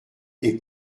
est